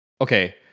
okay